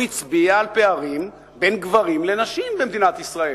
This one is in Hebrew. הוא הצביע על פערים בין גברים לנשים במדינת ישראל.